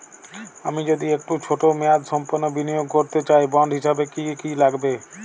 আমি যদি একটু ছোট মেয়াদসম্পন্ন বিনিয়োগ করতে চাই বন্ড হিসেবে কী কী লাগবে?